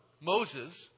Moses